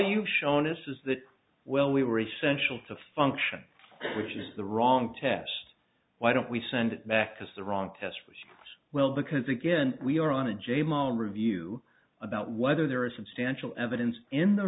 you've shown us is that well we were essential to function which is the wrong test why don't we send it back because the wrong test well because again we are on a j mall review about whether there is substantial evidence in the